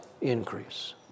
increase